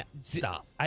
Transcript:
Stop